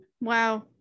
wow